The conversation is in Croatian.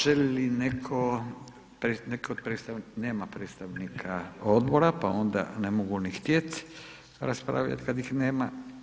Želi li neko, neko od predstavnika, nema predstavnika odbora, pa onda ne mogu ni htjet raspravljat kad ih nema.